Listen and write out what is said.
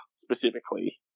specifically